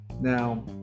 now